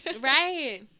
Right